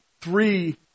three